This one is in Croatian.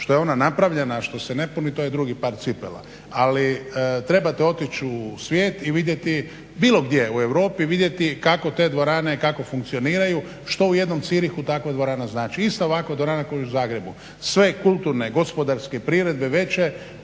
što je ona napravljena i što se ne puni to je drugi par cipela. Ali trebate otići u svijet i vidjeti, bilo gdje u Europi vidjeti kako te dvorane, kako funkcioniraju, što u jednom Zurichu takva dvorana znači, ista ovakva dvorana kao u Zagrebu. Sve kulturne, gospodarske priredbe veće